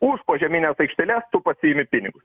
už požemines aikšteles tu pasiimi pinigus